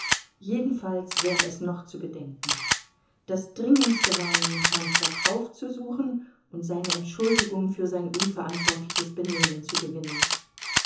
jedenfalls wäre es noch zu bedenken das dringendste war nun herrn fogg aufzusuchen und seine entschuldigung für sein unverantwortliches benehmen zu gewinnen